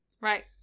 Right